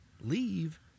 leave